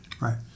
Right